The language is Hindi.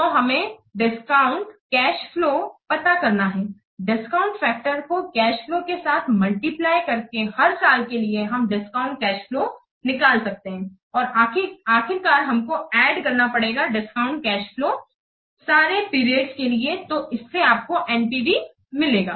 तो हमें डिस्काउंटेड कैश फ्लोपता करना है डिस्काउंट फैक्टर को कैश फ्लो के साथ मल्टीप्लाई करके हर साल के लिए हम डिस्काउंटेड कैश फ्लोनिकाल सकते हैं और आख़िरकार हमको एड करना पड़ेगा डिस्काउंटेड कैश फ्लोसारे पीरियड्स के लिए तो इससे आपको NPV मिलेगा